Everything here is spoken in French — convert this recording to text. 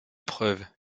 preuves